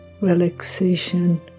relaxation